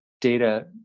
Data